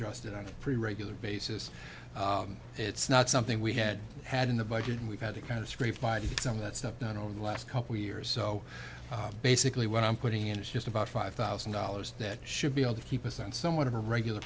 d on a pretty regular basis it's not something we had had in the budget and we've had to kind of scrape by to get some of that stuff done over the last couple years so basically what i'm putting in is just about five thousand dollars that should be able to keep us on somewhat of a regular